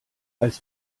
als